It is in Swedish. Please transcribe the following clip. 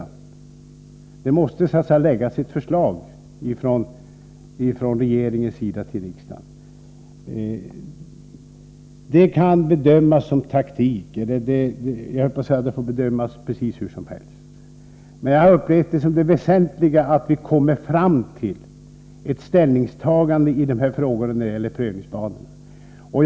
Regeringen måste ju framlägga ett förslag till riksdagen. É Detta förfarande kan kanske kallas för taktik. Det får emellertid bedömas hur som helst. Jag har upplevt det såsom väsentligt att vi kommer fram till ett ställningstagande i fråga om prövningsbanorna.